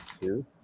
Two